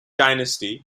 dynasty